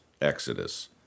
Exodus